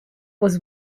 was